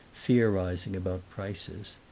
theorizing about prices.